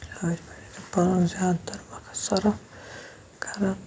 أتھۍ پٮ۪ٹھٕے تہٕ پَنُن زیادٕ تَر وَقت سرف کَران